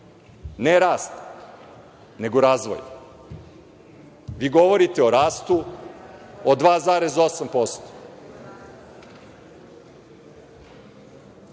ne rast, nego razvoj. Vi govorite o rastu od 2,8%.